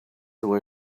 away